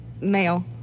Male